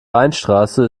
weinstraße